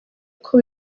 kuko